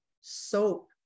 soap